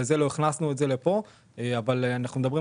צריך לזכור